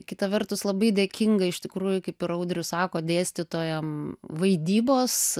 kita vertus labai dėkinga iš tikrųjų kaip ir audrius sako dėstytojam vaidybos